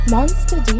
Monster